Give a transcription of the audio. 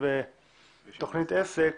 מהמסמכים